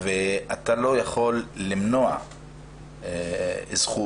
ואתה לא יכול למנוע זכות